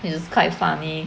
it was quite funny